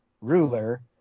ruler